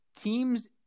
teams